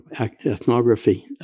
ethnography